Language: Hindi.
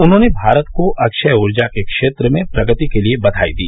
उन्होंने भारत को अक्षय ऊर्जा के क्षेत्र में प्रगति के लिए बधाई दी